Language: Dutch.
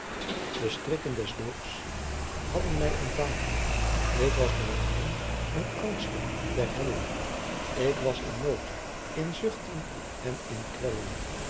de stricken des doodts hadden mij omvaên ick was beladen met anghsten der hellen ick was in noodt in zuchten en in